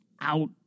Out